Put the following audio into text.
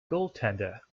goaltender